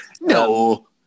No